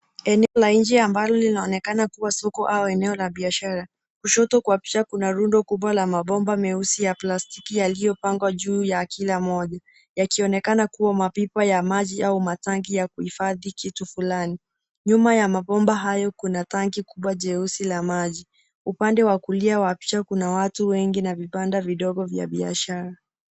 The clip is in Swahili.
Eneo la nje ambalo linaonekana kuwa soko la nje au eneo la biashara. Kushoto Kwa picha kuna rundo kubwa la mabomba meusi ya plastiki yaliyopangwa juu ya kila moja yakionekana kuwa mapipa ya maji au Matanki ya kuhifadhi kitu fulani. Nyuma ya mabomba haya kuna tanki kubwa jeusi la maji. Upande wa kulia kuna watu wengi na vibanda vya biashara.